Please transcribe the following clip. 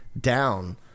down